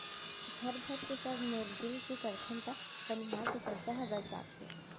घर भरके सब मिरजुल के करथन त बनिहार के पइसा ह बच जाथे